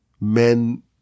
men